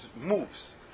moves